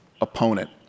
opponent